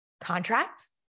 Contracts